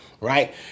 right